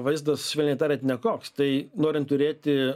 vaizdas švelniai tariant nekoks tai norint turėti